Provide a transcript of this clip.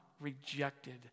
rejected